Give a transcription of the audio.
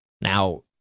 Now